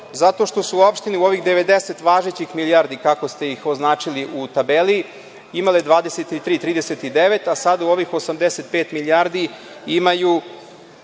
zato što su opštine u ovih 90 važećih milijardi, kako ste ih označili u tabeli, imale 23,39%, a sada u ovih 85 milijardi imaju